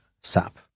sap